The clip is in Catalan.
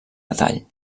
detall